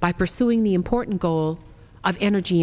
by pursuing the important goal of energy